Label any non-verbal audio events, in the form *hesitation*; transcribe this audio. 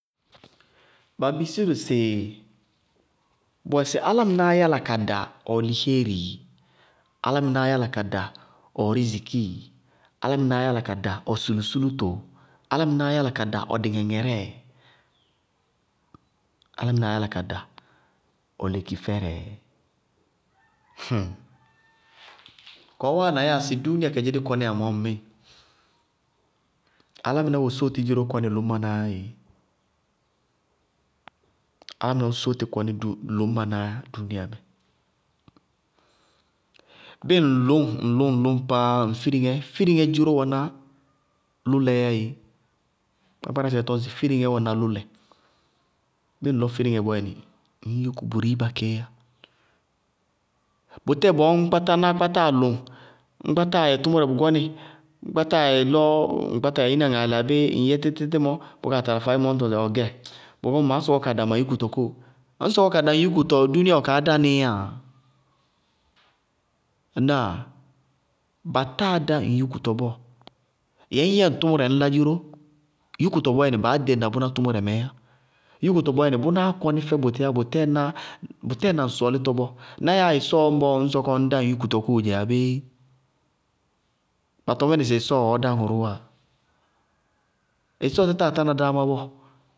Ba bisí dʋ sɩ, bʋwɛ sɩ álámɩnáá yála ka da ɔ'ɔlihéérii? Álámɩnáá yála ka da ɔ'ɔrízikíi? Álámɩnáá yála ka da ɔ sulusúlútoo? Álámɩnáá yála ka da ɔ dɩŋɛŋɛrɛɛ? Álámɩnáá yála ka da ɔ lekifɛrɛɛ? *hesitation* kɔɔ wáana' á yɛ sɩŋmɩɩ dúúnia kayé dɩ kɔnɩyá mɔɔ ŋmɩɩ, álámɩná wosóo tɩ dziró kɔnɩ lʋñmanáá yá ééé! Álámɩná wosóo tɩ kɔnɩ lʋñmanáá yá dúúniayamɛ. Bɩɩ ŋ lʋñŋ ŋ lʋñŋ ŋ lʋñŋ paann ŋ firiŋɛ, firiŋɛ dziró wɛná lʋlɛ'ɛ yá eee. Kpákpárásɛɛ tɔñ sɩ firiŋɛ wɛná riiba, bɩɩ ŋ lɔ firiŋɛ tɛlɩ, ŋñ yúku bʋ rííba kééyá. Bʋtɛɛ bɔɔ ñ kpátáa náá kpátáa lʋŋ, ñ kpátáa yɛ tʋmʋrɛ bʋ gɔnɩ, ñ kpátáa yɛ lɔ́ŋ kpáta yɛ ína ŋaalɛ abéé ŋyɛ títítí mɔ, bʋ kaa tala faádzemɔ ññ tɔŋ sɩ ɔɔ gɛ, bʋ gɔmɛ, maá sɔkɔ kada ma yúkutɔ kóo. Ŋñ sɔkɔ kada ŋ yúkutɔ, dúúnia wɛ kaá dánɩɩ yáa? Ŋnáa? Batáa dá ŋ yúkutɔ bɔɔ, yɛŋñ ŋɛ ŋ tʋmʋrɛ ŋñlá dziró. Yúkutɔ bɔɔyɛnɩ, baá ɖéŋna bʋná tʋmʋrɛmɛɛ yá, yúkutɔ bɔɔyɛnɩ, bʋnáá kɔnɩ fɛ bʋtɩɩyá, bʋtɛɛ na ŋ sɔɔlɩtɔ bɔɔ. Ná yáa ɩsɔɔ ñbɔɔ ŋñ sɔkɔ ŋñdá ŋ yúkutɔ kóo dzɛ abéé? Ba tɔñ fɛnɩ sɩ ɩsɔɔ wɛ ɔɔdá ŋʋrʋʋeáa? Ɩsɔɔ tátáa tána dáámá bɔɔ.